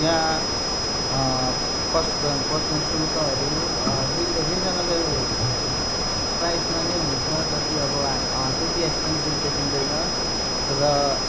त्यहाँ पस पस्ने शुल्कहरू रि रिजनेबल प्राइसमा नै हुन्छ जति अब हा त्यति एक्पेन्सिभ देखिँदैन र